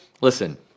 Listen